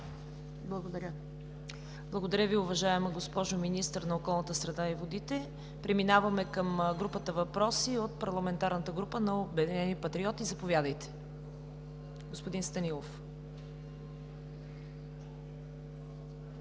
Благодаря Ви, уважаема госпожо Министър на околната среда и водите. Преминаваме към въпросите от Парламентарната група на Обединените патриоти. Заповядайте, господин Станилов.